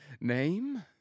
name